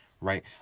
right